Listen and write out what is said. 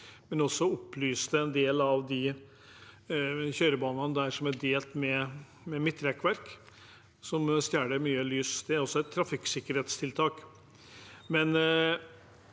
belysning av en del av kjørebanene der som er delt med midtrekkverk, som stjeler mye lys. Det er også et trafikksikkerhetstiltak.